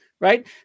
Right